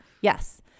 Yes